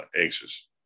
anxious